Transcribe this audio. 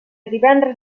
divendres